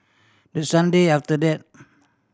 the Sunday after that